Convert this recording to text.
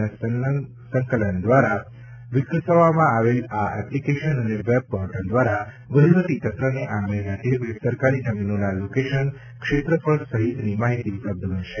ના સંકલન દ્વારા વિકસાવવામાં આવેલ આ એપ્લિકેશન અને વેબ પોર્ટલ દ્વારા વહિવટી તંત્રને આંગળીના ટેરવે સરકારી જમીનોના લોકેશન ક્ષેત્રફળ સહિતની માહિતી ઉપલબ્ધ બનશે